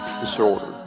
Disorder